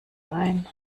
ein